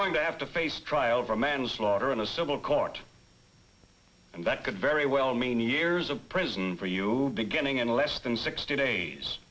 going to have to face trial for manslaughter in a civil court and that could very well mean years of prison for you beginning in less than sixty days